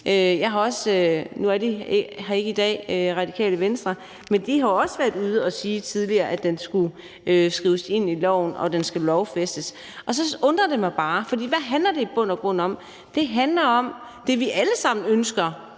er Radikale Venstre her ikke i dag, men de har også tidligere været ude og sige, at den skulle skrives ind i loven, og at den skal lovfæstes. Og så undrer det mig bare, for hvad handler det i bund og grund om? Det handler om det, vi alle sammen ønsker,